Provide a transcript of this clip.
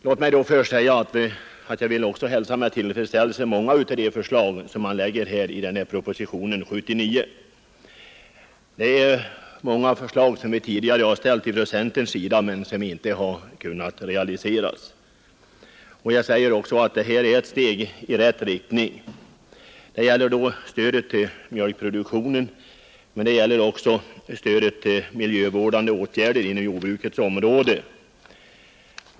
Låt mig till att börja med säga att jag hälsar med tillfredsställelse många av de förslag som propositionen 79 innehåller, förslag som vi från centerns sida tidigare har väckt. Jag vill också säga att det här är ett steg i rätt riktning. Det gäller då stödet till mjölkproduktionen men också stödet till miljövårdande åtgärder inom jordbrukets område.